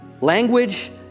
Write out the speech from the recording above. Language